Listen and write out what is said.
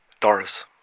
Doris